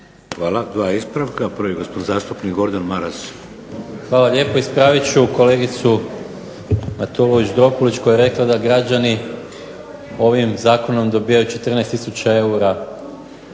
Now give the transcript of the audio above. Hvala. Dva ispravka. Prvi gospodin zastupnik Gordan Maras. **Maras, Gordan (SDP)** Hvala lijepo. Ispravit ću kolegicu Matulović Dropulić koja je rekla da građani ovim zakonom dobivaju 14000 eura